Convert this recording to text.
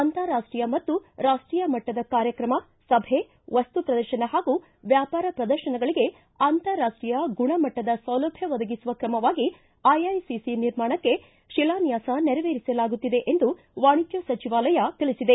ಅಂತಾರಾಷ್ಟೀಯ ಮತ್ತು ರಾಷ್ಟೀಯ ಮಟ್ಟದ ಕಾರ್ಯಕ್ರಮ ಸಭೆ ವಸ್ತುಪ್ರದರ್ಶನ ಹಾಗೂ ವ್ಯಾಪಾರ ಪ್ರದರ್ಶನಗಳಿಗೆ ಅಂತಾರಾಷ್ಟೀಯ ಗುಣಮಟ್ಟದ ಸೌಲಭ್ಯ ಒದಗಿಸುವ ಕ್ರಮವಾಗಿ ಐಐಸಿಸಿ ನಿರ್ಮಾಣಕ್ಕೆ ಶಿಲಾನ್ವಾಸ ನೆರವೇರಿಸಲಾಗುತ್ತಿದೆ ಎಂದು ವಾಣಿಜ್ಯ ಸಚಿವಾಲಯ ತಿಳಿಸಿದೆ